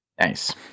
Nice